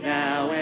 now